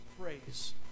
praise